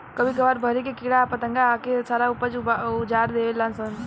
कभी कभार बहरी के कीड़ा आ पतंगा भी आके सारा ऊपज उजार देवे लान सन